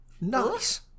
Nice